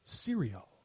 cereal